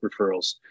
referrals